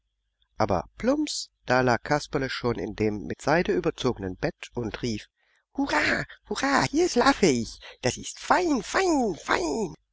aber plumps da lag kasperle schon in dem mit seide überzogenen bett und rief hurra hier schlafe ich das ist fein fein fein